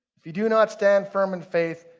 if you do not stand firm in faith,